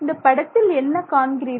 இந்தப்படத்தில் என்ன காண்கிறீர்கள்